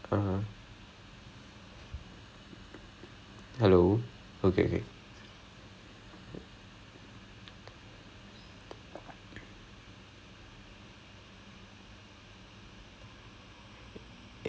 அதான்:athaan so அதான் பார்த்துட்டு இருக்கிறேன்:athaan paarthuttu irukiren I'm just praying to god all this new workshops that we plan and all the new ideas that we come with I I'm just hoping that the wing members like it our lah there's like right now the only worthy of my